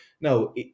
No